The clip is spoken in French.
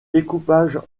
découpage